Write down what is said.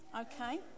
okay